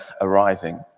arriving